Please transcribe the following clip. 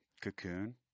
Cocoon